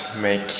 make